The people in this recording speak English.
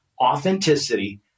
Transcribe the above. authenticity